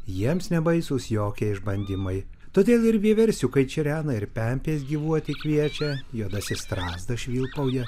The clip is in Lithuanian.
jiems nebaisūs jokie išbandymai todėl ir vieversiukai čirena ir pempės gyvuoti kviečia juodasis strazdas švilpauja